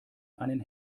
einen